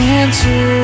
answer